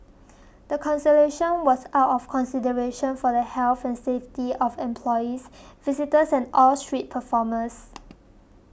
the cancellation was out of consideration for the health and safety of employees visitors and all street performers